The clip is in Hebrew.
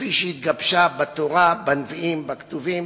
כפי שהתגבשה בתורה, בנביאים, בכתובים,